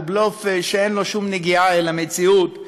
הוא בלוף שאין לו שום נגיעה למציאות.